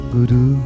Guru